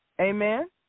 Amen